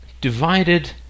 divided